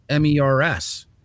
MERS